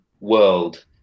world